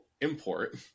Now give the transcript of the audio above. import